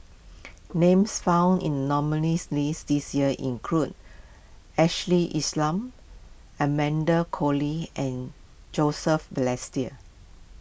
names found in nominees' list this year include Ashley Isham Amanda Koe Lee and Joseph Balestier